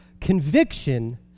Conviction